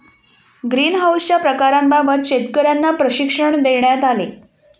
ग्रीनहाउसच्या प्रकारांबाबत शेतकर्यांना प्रशिक्षण देण्यात आले